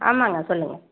ஆமாங்க சொல்லுங்க